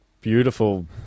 beautiful